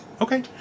okay